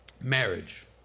Marriage